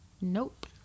Nope